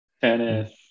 tennis